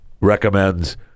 recommends